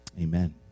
Amen